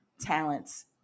talents